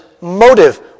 motive